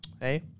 hey